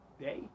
day